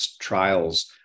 trials